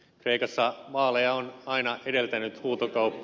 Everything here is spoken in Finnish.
kreikassa vaaleja on aina edeltänyt huutokauppa